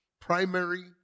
primary